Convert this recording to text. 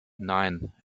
nein